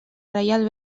reial